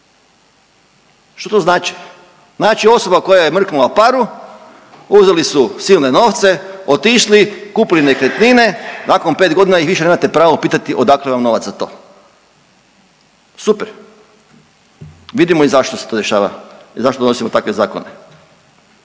Što to znači? Znači osoba koja je mrknula paru, uzeli su silne novce, otišli, kupili nekretnine, nakon 5.g. ih više nemate pravo pitati odakle vam novac za to. Super, vidimo i zašto se to dešava i zašto donosimo takve zakone.